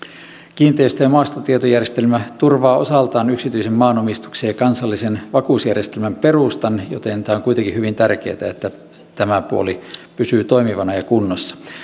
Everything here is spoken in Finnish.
kiinteistö ja maastotietojärjestelmä turvaa osaltaan yksityisen maanomistuksen ja kansallisen vakuusjärjestelmän perustan joten on kuitenkin hyvin tärkeätä että tämä puoli pysyy toimivana ja kunnossa